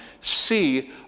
see